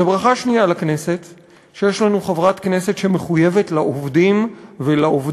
וברכה שנייה לכנסת היא שיש לנו חברת כנסת שמחויבת לעובדים ולעובדות